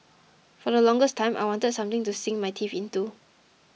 for the longest time I wanted something to sink my teeth into